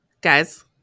Guys